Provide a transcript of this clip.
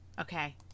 Okay